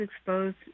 exposed